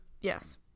Yes